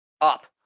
up